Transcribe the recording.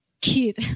kid